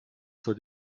zur